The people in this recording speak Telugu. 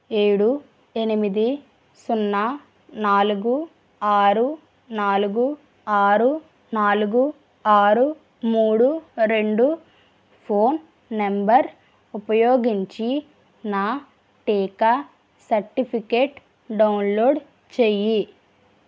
ఏడు ఎనిమిది సున్నా సున్నా నాలుగు ఆరు నాలుగు ఆరు నాలుగు ఆరు మూడు రెండు ఫోన్ నంబర్ ఉపయోగించి నా టీకా సర్టిఫికేట్ డౌన్లోడ్ చేయి